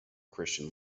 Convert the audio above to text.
christian